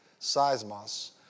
seismos